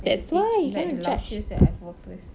like the te~ like the 老师 that I worked with